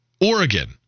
Oregon